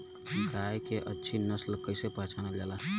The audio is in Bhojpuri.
गाय के अच्छी नस्ल कइसे पहचानल जाला?